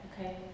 okay